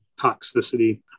toxicity